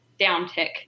downtick